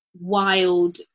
wild